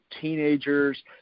teenagers